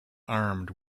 armed